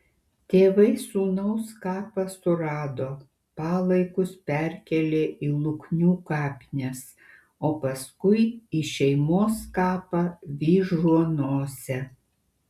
tėvai sūnaus kapą surado palaikus perkėlė į luknių kapines o paskui į šeimos kapą vyžuonose